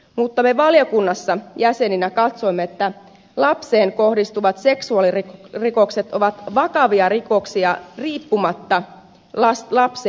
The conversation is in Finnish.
mutta me valiokunnassa jäseninä katsoimme että lapseen kohdistuvat seksuaalirikokset ovat vakavia rikoksia riippumatta lapsen iästä